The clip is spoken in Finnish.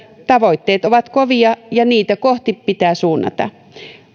tavoitteet ovat kovia ja niitä kohti pitää suunnata